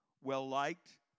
well-liked